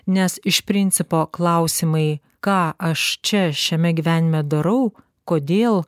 nes iš principo klausimai ką aš čia šiame gyvenime darau kodėl